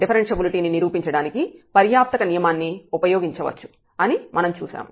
differentiability ని నిరూపించడానికి పర్యాప్తక నియమాన్ని ఉపయోగించవచ్చు అని మనం చూశాము